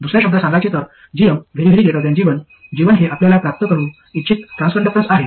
दुसर्या शब्दांत सांगायचे तर gm G1 G1 हे आपल्याला प्राप्त करू इच्छित ट्रान्सकंडक्टन्स आहे